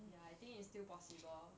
ya I think it's still possible